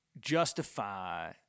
justify